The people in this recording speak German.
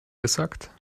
gesagt